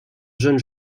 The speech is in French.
jeune